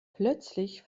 plötzlich